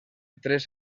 tres